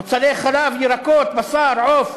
מוצרי חלב, ירקות, בשר, עוף,